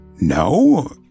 No